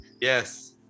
Yes